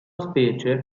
specie